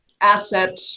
asset